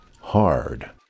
hard